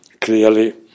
Clearly